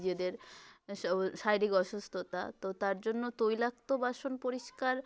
যাদের শারীরিক অসুস্থতা তো তার জন্য তৈলাক্ত বাসন পরিষ্কার